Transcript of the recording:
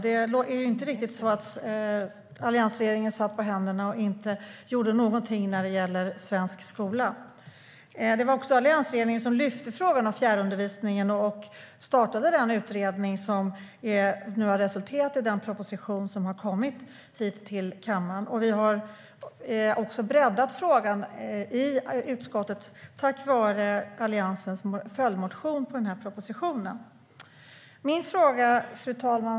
Det var alltså inte så att alliansregeringen satt på händerna och gjorde ingenting för svensk skola. Fru talman!